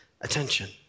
attention